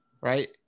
right